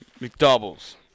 McDoubles